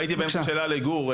הייתי באמצע שאלה לגור.